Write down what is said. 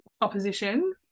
opposition